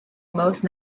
most